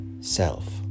self